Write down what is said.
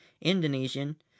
indonesian